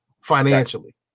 financially